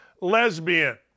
lesbian